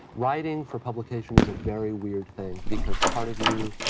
writing for publication is a very weird thing because part of you,